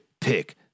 Pick